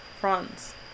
France